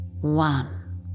One